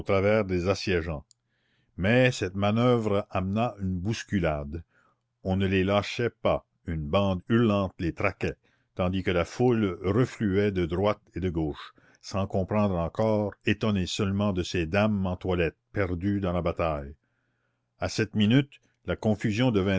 des assiégeants mais cette manoeuvre amena une bousculade on ne les lâchait pas une bande hurlante les traquait tandis que la foule refluait de droite et de gauche sans comprendre encore étonnée seulement de ces dames en toilette perdues dans la bataille a cette minute la confusion devint